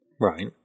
Right